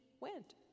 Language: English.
went